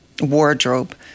Wardrobe